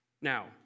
Now